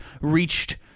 reached